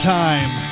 time